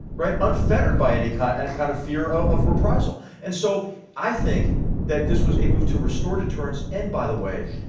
right, unfettered by any kind and kind of fear of reprisal. and so i think that this was a move to restore deterrence. and, by the way,